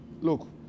look